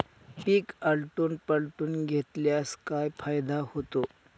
पीक आलटून पालटून घेतल्यास काय फायदा होतो?